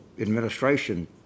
administration